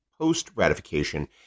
post-ratification